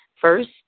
first